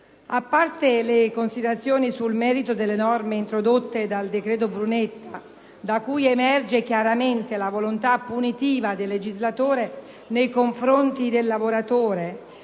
A parte le considerazioni sul merito delle norme introdotte dal decreto Brunetta, da cui emerge chiaramente la volontà punitiva del legislatore nei confronti del lavoratore,